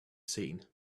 seen